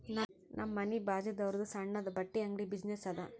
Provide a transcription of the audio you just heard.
ನಮ್ ಮನಿ ಬಾಜುದಾವ್ರುದ್ ಸಣ್ಣುದ ಬಟ್ಟಿ ಅಂಗಡಿ ಬಿಸಿನ್ನೆಸ್ ಅದಾ